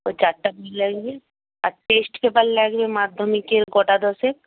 ওই চারটে লাগবে আর টেস্ট পেপার লাগবে মাধ্যমিকের গোটা দশেক